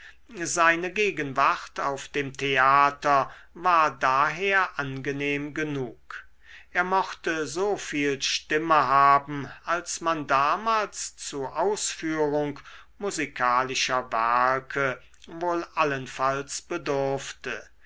seine gegenwart auf dem theater war daher angenehm genug er mochte so viel stimme haben als man damals zu ausführung musikalischer werke wohl allenfalls bedurfte